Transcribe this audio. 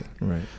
Right